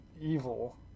evil